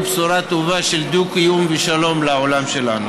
בשורה טובה של דו-קיום ושלום לעולם שלנו.